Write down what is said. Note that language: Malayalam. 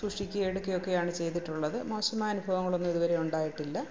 സൂക്ഷിക്കുകയും എടുക്കുകയും ഒക്കെയാണ് ചെയ്തിട്ടുള്ളത് മോശമായ അനുഭവങ്ങളൊന്നും ഇതുവരെ ഉണ്ടായിട്ടില്ല